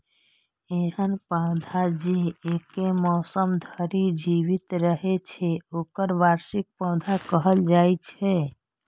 एहन पौधा जे एके मौसम धरि जीवित रहै छै, ओकरा वार्षिक पौधा कहल जाइ छै